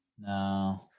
No